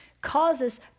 causes